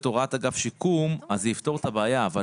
הוראת אגף שיקום אז זה יפתור את הבעיה.